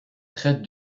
traite